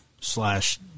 slash